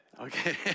Okay